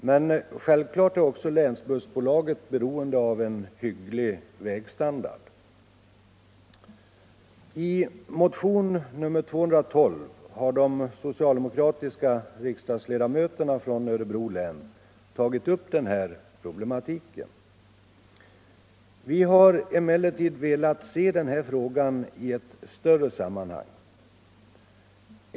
Men självklart är också länsbussbolaget beroende av en hygglig vägstandard. I motionen 212 har det socialdemokratiska riksdagsledamötena från Örebro län tagit upp den här problematiken. Vi har emellertid velat se frågan i ett större sammanhang.